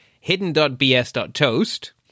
hidden.bs.toast